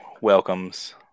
welcomes